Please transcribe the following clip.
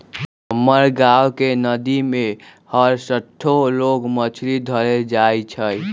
हमर गांव के नद्दी में हरसठ्ठो लोग मछरी धरे जाइ छइ